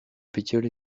pétiole